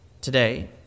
today